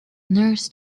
nurse